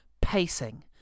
pacing